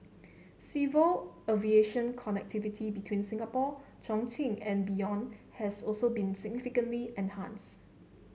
civil aviation connectivity between Singapore Chongqing and beyond has also been significantly enhanced